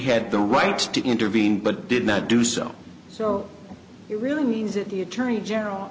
had the right to intervene but did not do so so it really means that the attorney general